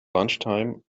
lunchtime